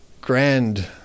grand